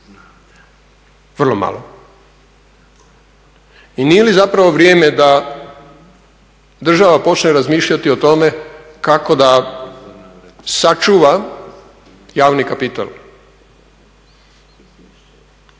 Vrlo malo. I nije li zapravo vrijeme da država počne razmišljati o tome kako da sačuva javni kapital?